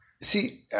See